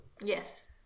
Yes